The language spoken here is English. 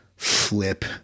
Flip